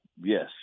yes